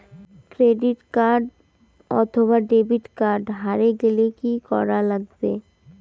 Credit card অথবা debit card হারে গেলে কি করা লাগবে?